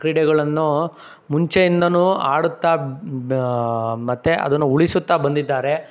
ಕ್ರೀಡೆಗಳನ್ನು ಮುಂಚೆಯಿಂದನೂ ಆಡುತ್ತಾ ಬ್ ಮತ್ತು ಅದನ್ನು ಉಳಿಸುತ್ತಾ ಬಂದಿದ್ದಾರೆ